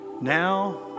Now